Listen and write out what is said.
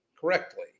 correctly